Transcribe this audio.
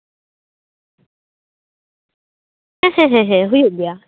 ᱦᱮᱸ ᱦᱮᱸ ᱦᱮᱸ ᱦᱩᱭᱩᱜ ᱜᱮᱭᱟ